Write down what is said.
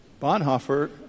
Bonhoeffer